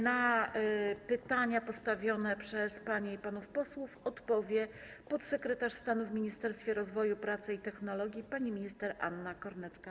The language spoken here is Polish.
Na pytania postawione przez panie i panów posłów odpowie podsekretarz stanu w Ministerstwie Rozwoju, Pracy i Technologii pani minister Anna Kornecka.